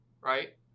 right